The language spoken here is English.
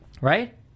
Right